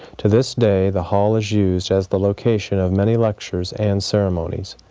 to this day the hall is used as the location of many lectures and ceremonies,